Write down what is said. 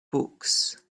books